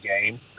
game